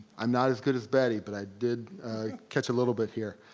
i'm not as good as betty, but i did catch a little bit here.